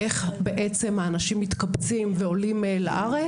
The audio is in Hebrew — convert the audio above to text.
איך בעצם אנשים מתקבצים ועולים לארץ.